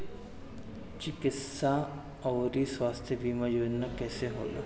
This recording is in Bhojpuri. चिकित्सा आऊर स्वास्थ्य बीमा योजना कैसे होला?